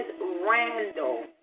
Randall